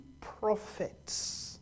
Prophets